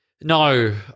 No